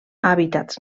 hàbitats